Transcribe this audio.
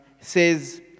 says